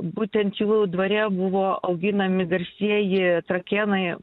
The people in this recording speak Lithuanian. būtent jų dvare buvo auginami garsieji trakėnai